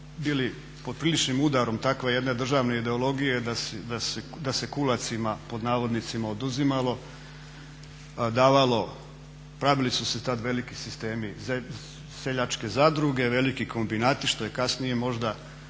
bili pod priličnim udarom takve jedne državne ideologije da se kulacima "oduzimalo", a davalo pravili su se tada veliki sistemi, seljačke zadruge, veliki kombinati što je kasnije možda